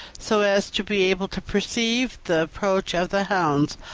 so as to be able to perceive the approach of the hounds,